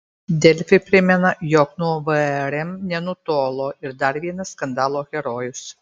delfi primena jog nuo vrm nenutolo ir dar vienas skandalo herojus